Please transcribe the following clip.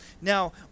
Now